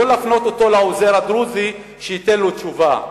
לא להפנות אותו לעוזר הדרוזי שייתן לו תשובה.